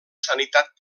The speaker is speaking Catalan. sanitat